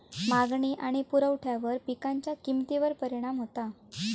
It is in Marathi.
मागणी आणि पुरवठ्यावर पिकांच्या किमतीवर परिणाम होता